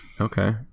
okay